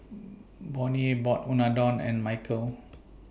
Bonnie bought Unadon and Mykel